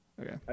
Okay